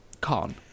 con